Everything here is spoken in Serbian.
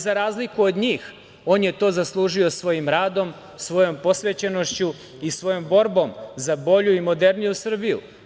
Za razliku od njih on je to zaslužio svojim radom, svojom posvećenošću i svojom borbom za bolju i moderniju Srbiju.